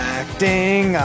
acting